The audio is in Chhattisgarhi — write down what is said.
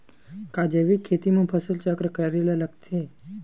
का जैविक खेती म फसल चक्र करे ल लगथे?